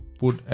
put